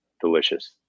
delicious